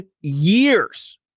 years